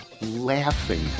laughing